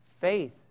Faith